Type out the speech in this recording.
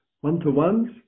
one-to-ones